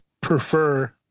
prefer